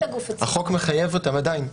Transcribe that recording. החוק מחייב אותם עדיין.